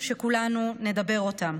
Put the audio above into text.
שכולנו נדבר אותן.